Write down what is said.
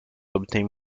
obtain